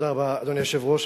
אדוני היושב-ראש,